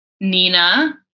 Nina